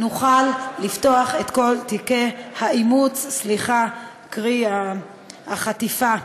נוכל לפתוח את כל תיקי האימוץ, קרי, החטיפה.